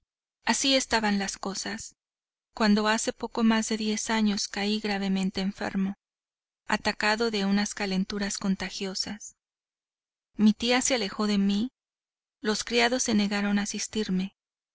así estaban las cosas cuando hace poco más de diez años caí gravemente enfermo atacado de unas calenturas contagiosas mi tía se alejó de mí los criados se negaron a asistirme y